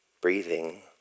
breathing